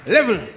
Level